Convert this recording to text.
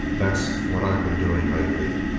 that's what i been doing lately.